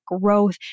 growth